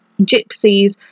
gypsies